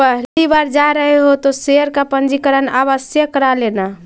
पहली बार जा रहे हो तो शेयर का पंजीकरण आवश्य करा लेना